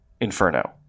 inferno